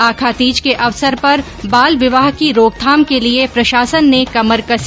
आखातीज के अवसर पर बाल विवाह की रोकथाम के लिये प्रशासन ने कमर कसी